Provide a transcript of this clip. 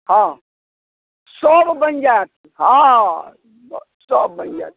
हँ सब बनि जाएत हँ हँ सब बनि जाएत